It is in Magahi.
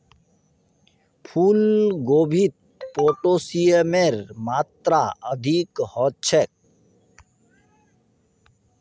फूल गोभीत पोटेशियमेर मात्रा अधिक ह छे